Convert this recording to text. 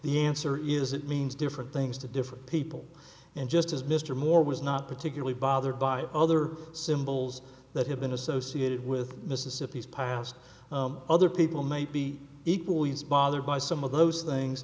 the answer is it means different things to different people and just as mr moore was not particularly bothered by other symbols that have been associated with mississippi's past other people may be equally as bothered by some of those things